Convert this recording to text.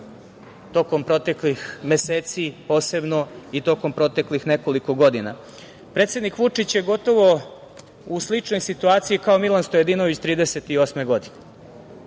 tokom proteklih meseci posebno i tokom proteklih nekoliko godina. Predsednik Vučić je gotovo u sličnoj situaciji kao Milan Stojadinović 1938. godine.